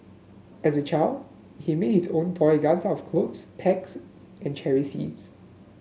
as a child he made his own toy guns out of clothes pegs and cherry seeds